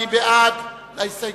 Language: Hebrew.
מי בעד ההסתייגות?